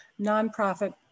nonprofit